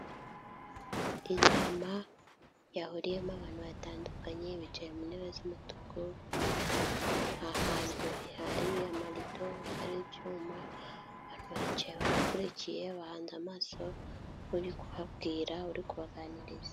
Inama yahuriyemo abantu batandukanye bicaye mu ntebe z'umutuku, ahantu hari amarido hari ibyuma, abantu baricaye barakurikiye bahanze amaso uri kubabwira uri kubaganiriza.